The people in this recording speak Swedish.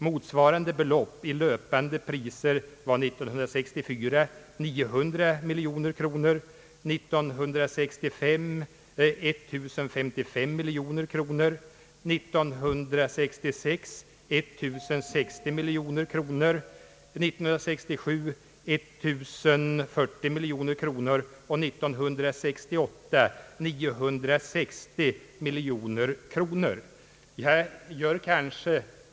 Motsvarande belopp i löpande priser var 900 miljoner kronor 1964, 1055 miljoner 1965, 1060 miljoner 1966, 1 040 miljoner 1967 och 960 miljoner kronor 1968.